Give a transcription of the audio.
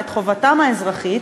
אלא את חובתם האזרחית,